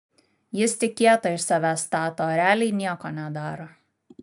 jis tik kietą iš savęs stato o realiai nieko nedaro